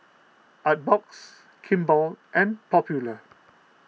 Artbox Kimball and Popular